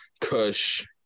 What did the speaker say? kush